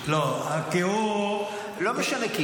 לא, כי הוא --- לא משנה.